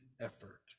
effort